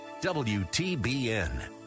WTBN